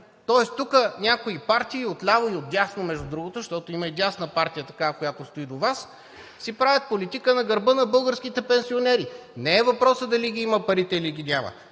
Тоест тук някои партии отляво и отдясно, между другото, защото има и дясна партия такава, която стои до Вас, си правят политика на гърба на българските пенсионери. Не е въпросът дали ги има парите, или ги няма;